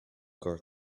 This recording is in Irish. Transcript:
gur